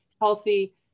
healthy